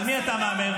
על מי אתה מהמר?